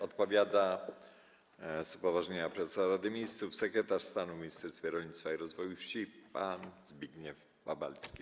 Odpowiada z upoważnienia prezesa Rady Ministrów sekretarz stanu w Ministerstwie Rolnictwa i Rozwoju Wsi pan Zbigniew Babalski.